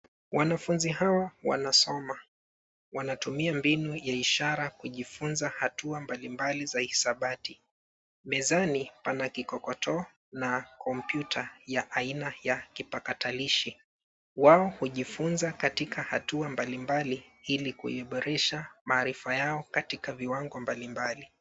Wanafunzi hawa wanasoma, wanatumia mbinu ya ishara kujifunza hatua mbalimbali za hesabati. Mezani, pana kikotoo na kompyuta ya aina ya kipakatalishi. Wao hujifunza katika hatua mbalimbali ili kuiboresha maarifa yao katika viwango mbalimbali.